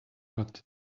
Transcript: but